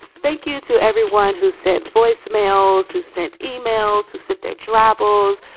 thank you. to everyone who sent voice mails, who sent emails, who sent their travels.